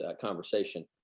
conversation